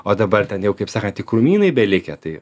o dabar ten jau kaip sakant tik krūmynai belikę tai